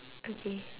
okay